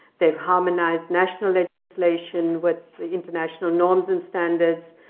they've harmonized national legislation with international norms and standards.